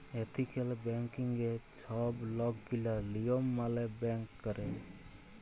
ethical ব্যাংকিংয়ে ছব লকগিলা লিয়ম মালে ব্যাংক ক্যরে